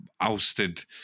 ousted